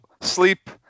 sleep